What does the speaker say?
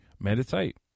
meditate